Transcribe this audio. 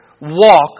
walk